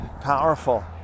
powerful